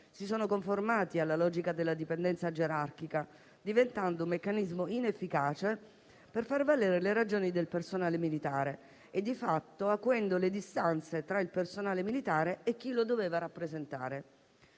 e conformati alla logica della dipendenza gerarchica, diventando un meccanismo inefficace per far valere le ragioni del personale militare e, di fatto, acuendo le distanze tra il personale militare e chi lo doveva rappresentare.